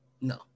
no